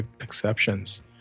exceptions